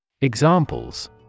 Examples